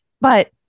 but-